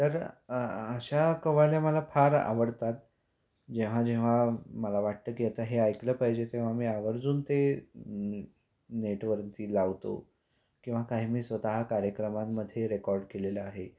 तर अशा कव्वाल्या मला फार आवडतात जेव्हा जेव्हा मला वाटतं की आता हे ऐकलं पाहिजे तेव्हा मी आवर्जून ते नेटवरती लावतो किंवा काही मी स्वतः कार्यक्रमांमध्ये रेकॉर्ड केलेलं आहे